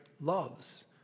loves